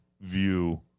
view